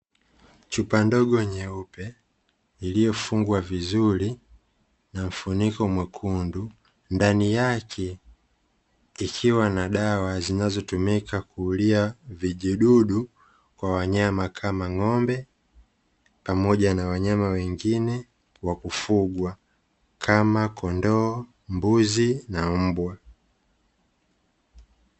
Chupa ndogo nyeupe, iliyofungwa vizuri na mfuniko mwekundu. Ndani yake ikiwa na dawa zinazotumika kuulia vijidudu kwa wanyama kama ng'ombe, pamoja na wanyama wengine wakufugwa, kama kondoo, mbuzi na mbwa.